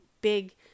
big